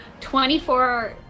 24